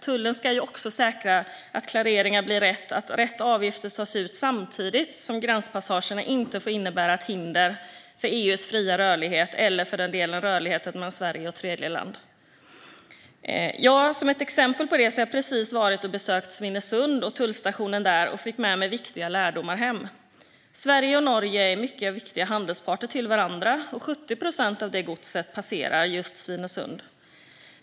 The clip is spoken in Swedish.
Tullen ska också säkra att klareringar blir rätt och att rätt avgifter tas ut samtidigt som gränspassagerna inte får innebära ett hinder för EU:s fria rörlighet eller, för den delen, rörligheten mellan Sverige och tredjeland. För att nämna ett exempel på detta har jag just varit och besökt Svinesund och tullstationen där. Jag fick med mig viktiga lärdomar hem. Sverige och Norge är mycket viktiga handelspartner till varandra, och 70 procent av godset passerar just Svinesund.